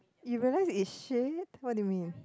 you realized it's shit what do you mean